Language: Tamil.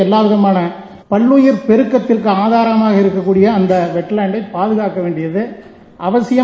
எல்லாவிதமாள பன்னுயிர் பெருக்கத்திற்கு ஆதாரமாக இருக்கக்கூடிய அந்த வெட்லாண்டை பாதுகாக்க வேண்டியது அவசியம்